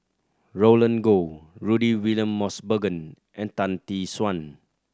Roland Goh Rudy William Mosbergen and Tan Tee Suan